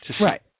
Right